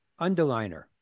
underliner